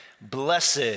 Blessed